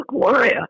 Gloria